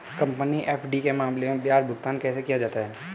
Company FD के मामले में ब्याज भुगतान कैसे किया जाता है?